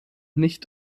nicht